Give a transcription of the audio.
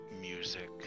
music